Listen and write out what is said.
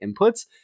inputs